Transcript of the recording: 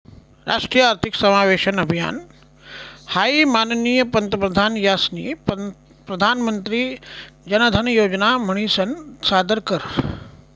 राष्ट्रीय आर्थिक समावेशन अभियान हाई माननीय पंतप्रधान यास्नी प्रधानमंत्री जनधन योजना म्हनीसन सादर कर